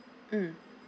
mm